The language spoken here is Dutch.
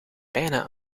bijna